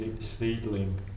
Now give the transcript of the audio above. seedling